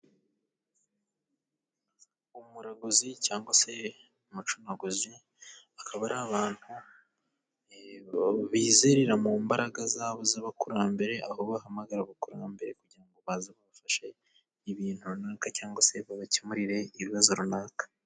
Umuraguzi cyangwa se umucuraguzi, akaba ari abantu bizerera mu mbaraga zabo z'abakurambere, aho bahamagara abakurambere kugira ngo baza babafashe ibintu runaka cyangwa se babakemurire ibibazo runaka.